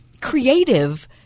creative